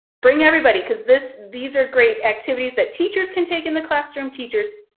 bring everybody cause this these are great activities that teachers can take in the classroom. teachers,